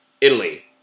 Italy